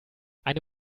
eine